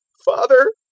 father,